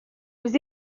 vous